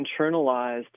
internalized